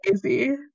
crazy